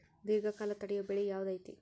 ದೇರ್ಘಕಾಲ ತಡಿಯೋ ಬೆಳೆ ಯಾವ್ದು ಐತಿ?